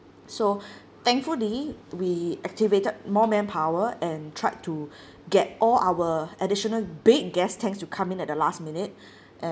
so thankfully we activated more manpower and tried to get all our additional big gas tanks to come in at the last minute and